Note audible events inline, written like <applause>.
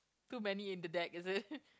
too many in the deck is it <laughs>